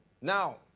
Now